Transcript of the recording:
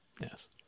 Yes